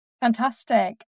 Fantastic